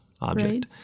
object